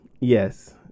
yes